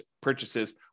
purchases